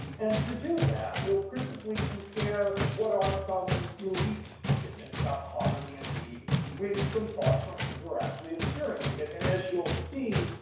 and to do that, we'll principally compare what are some elite opinions about poverty and need with some thoughts from people who are actually experiencing it. and as you'll see,